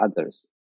others